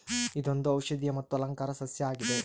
ಇದೊಂದು ಔಷದಿಯ ಮತ್ತು ಅಲಂಕಾರ ಸಸ್ಯ ಆಗಿದೆ